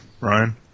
Ryan